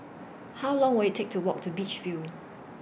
How Long Will IT Take to Walk to Beach View